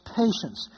patience